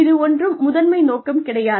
இது ஒன்றும் முதன்மை நோக்கம் கிடையாது